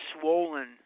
swollen